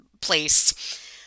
place